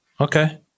Okay